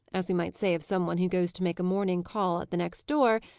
as we might say of some one who goes to make a morning call at the next door,